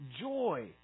joy